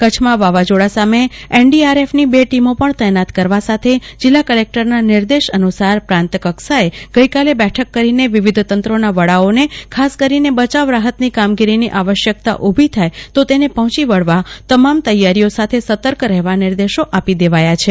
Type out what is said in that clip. કચ્છમાં વાવાઝોડા સામે એનડીઆરએફની બે ટીમો પણ તેનાત કરવા સાથે જિલ્લા કલેકટરના નિર્દેશાનુસાર પ્રાંત કક્ષાએ પણ ગઈકાલે બેઠક કરીને વિવિધ તંત્રોના વડાઓને ખાસ કરીને બચાવ રાહતની કામગીરીની આવશ્યકતા ઉભી થાય તો તેને પહોંચી વળવા તમામ તૈયારીઓ સાથે સતર્ક રહેવા નિર્દેશો આપી દેવાયા છે